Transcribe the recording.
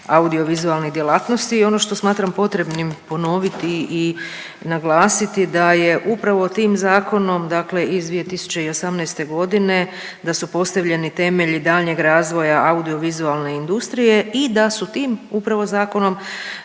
audiovizualnih djelatnosti i ono što smatram potrebnim ponoviti i naglasiti da je upravo tim zakonom dakle iz 2018. g. da su postavljeni temelji daljnjeg razvoja audiovizualne industrije i da su tim upravo zakonom